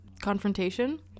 confrontation